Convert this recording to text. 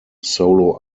solo